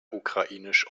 ukrainisch